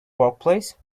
workplace